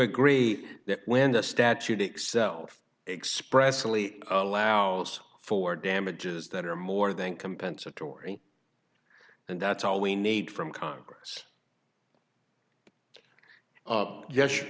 agree that when the statute excels expressly allows for damages that are more than compensatory and that's all we need from congress yes yes